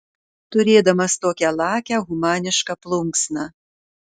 turėdamas tokią lakią humanišką plunksną